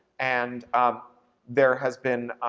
and there has been,